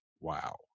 wow